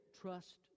trust